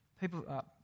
People